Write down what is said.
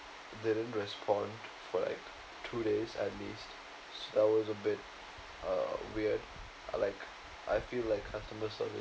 they didn't respond for like two days at least so I was a bit uh weird like I feel like customer service